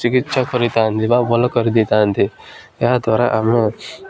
ଚିକିତ୍ସା କରିଥାନ୍ତି ବା ଭଲ କରିଦେଇଥାନ୍ତି ଏହାଦ୍ୱାରା ଆମେ